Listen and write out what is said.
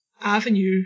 avenue